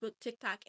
tiktok